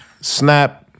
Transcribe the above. Snap